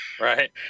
Right